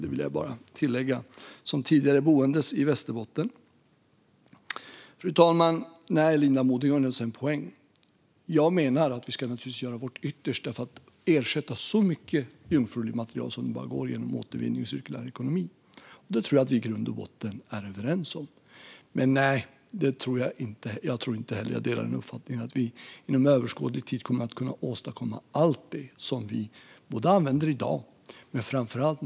Det vill jag bara tillägga, som tidigare boende i Västerbotten. Fru talman! Linda Modig har naturligtvis en poäng. Jag menar att vi ska göra vårt yttersta för att ersätta så mycket jungfruligt material som det bara går genom återvinning och cirkulär ekonomi. Det tror jag att vi i grund och botten är överens om. Men nej, jag tror inte heller - jag delar den uppfattningen - att vi inom överskådlig tid kommer att kunna åstadkomma allt. Det handlar både om det som vi använder i dag och om det som vi använder i framtiden.